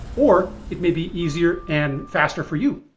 or it may be easier and faster for you.